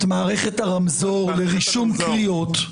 את מערכת הרמזור לרישום קריאות.